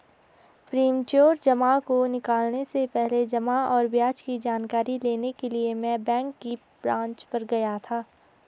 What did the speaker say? premature जमा को निकलने से पहले जमा और ब्याज की जानकारी लेने के लिए मैं बैंक की ब्रांच पर गया था